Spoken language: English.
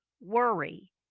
worry